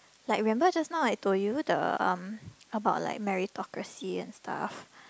like remember just now I told you the um about like meritocracy and stuff